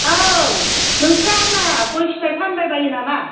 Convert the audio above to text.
औ नोंस्रा मा गय फिथाइ फानबायबायो नामा